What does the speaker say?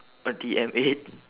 R_T_M eight